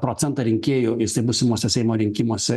procentą rinkėjų jisai būsimuose seimo rinkimuose